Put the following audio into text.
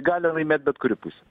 gali laimėt bet kuri pusė